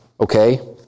okay